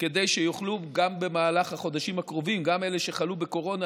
כדי שגם במהלך החודשים הקרובים גם אלה שחלו בקורונה,